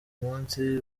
munsi